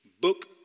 Book